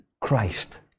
Christ